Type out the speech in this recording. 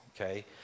okay